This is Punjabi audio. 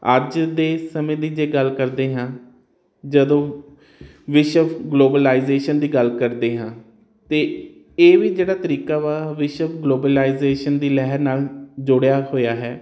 ਅੱਜ ਦੇ ਸਮੇਂ ਦੀ ਜੇ ਗੱਲ ਕਰਦੇ ਹਾਂ ਜਦੋਂ ਵਿਸ਼ਵ ਗਲੋਬਲਾਈਜੇਸ਼ਨ ਦੀ ਗੱਲ ਕਰਦੇ ਹਾਂ ਤੇ ਇਹ ਵੀ ਜਿਹੜਾ ਤਰੀਕਾ ਵਾ ਵਿਸ਼ਵ ਗਲੋਬਲਾਈਜੇਸ਼ਨ ਦੀ ਲਹਿਰ ਨਾਲ ਜੋੜਿਆ ਹੋਇਆ ਹੈ